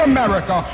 America